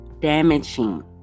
damaging